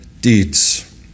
deeds